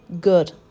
good